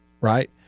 right